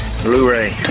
Blu-ray